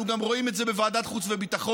אנחנו גם רואים את זה בוועדת החוץ והביטחון,